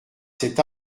cet